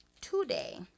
today